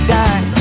die